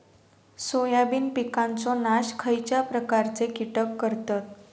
Soybean पिकांचो नाश खयच्या प्रकारचे कीटक करतत?